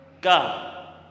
God